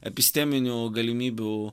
episteminių galimybių